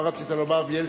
מה רצית לומר, בילסקי?